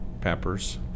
peppers